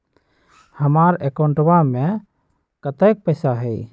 हमार अकाउंटवा में कतेइक पैसा हई?